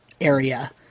area